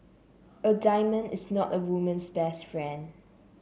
a diamond is not a woman's best friend